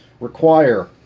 require